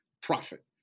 profit